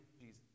Jesus